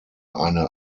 eine